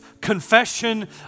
confession